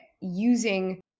using